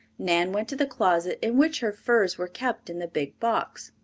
nan went to the closet in which her furs were kept in the big box.